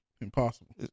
impossible